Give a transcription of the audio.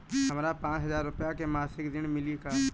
हमका पांच हज़ार रूपया के मासिक ऋण मिली का?